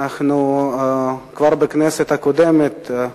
כבר בכנסת הקודמת,